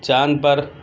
چاند پر